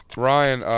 ryan,